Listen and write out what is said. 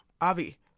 Avi